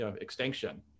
extinction